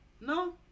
No